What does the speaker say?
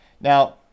Now